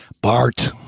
Bart